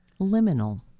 Liminal